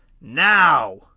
now